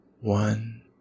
one